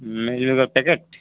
packet